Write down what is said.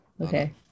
Okay